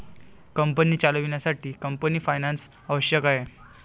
company चालवण्यासाठी company finance आवश्यक आहे